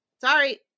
sorry